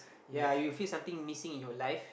yea you feel something missing in your life